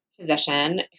physician